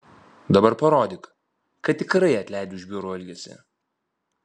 dabar parodyk kad tikrai atleidi už bjaurų elgesį